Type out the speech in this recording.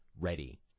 ready